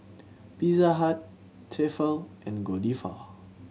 Pizza Hut Tefal and Godiva